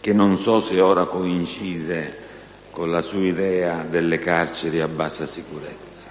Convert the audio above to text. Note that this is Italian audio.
che non so se ora coincide con la sua idea delle carceri a bassa sicurezza;